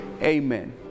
Amen